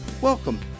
welcome